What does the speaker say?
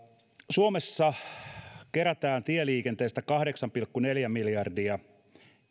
suomessa kerätään tieliikenteestä kahdeksan pilkku neljä miljardia